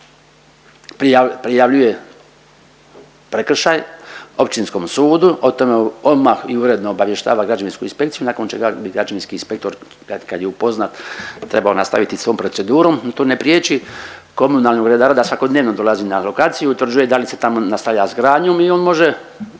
najavljuje prekršaj Općinskom sudu. O tome odmah i uredno obavještava Građevinsku inspekciju nakon čega građevinski inspektor kad je upoznat trebao nastaviti svojom procedurom to ne priječi komunalnog redara da svakodnevno dolazi na lokaciju, utvrđuje da li se tamo nastavlja izgradnjom i on može